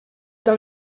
dawn